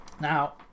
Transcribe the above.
Now